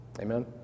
Amen